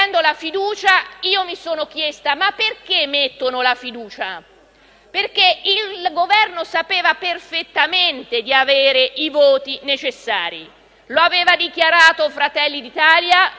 mettere la fiducia. Mi sono chiesta: perché mettono la fiducia? Il Governo sapeva perfettamente di avere i voti necessari: lo avevano dichiarato Fratelli d'Italia